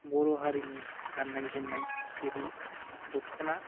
बर' हारिनि गाननाय जोमनाय जेरै दखना